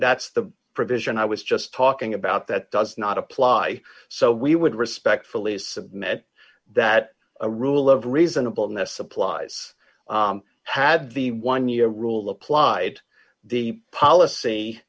that's the provision i was just talking about that does not apply so we would respectfully submit that a rule of reasonable in that supplies had the one year rule applied the policy